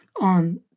on